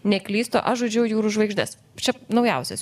neklystu aš žudžiau jūrų žvaigždes čia naujausias